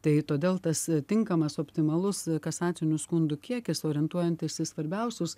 tai todėl tas tinkamas optimalus kasacinių skundų kiekis orientuojantis į svarbiausius